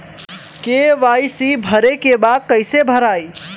KYC भरे के बा कइसे भराई?